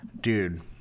Dude